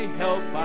help